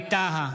ווליד טאהא,